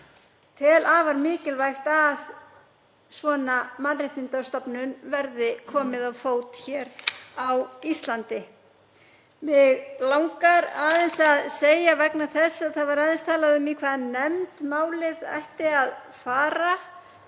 tel afar mikilvægt að svona mannréttindastofnun verði komið á fót hér á Íslandi. Mig langar aðeins að segja, vegna þess að það var aðeins talað um í hvaða nefnd málið ætti að fara